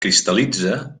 cristal·litza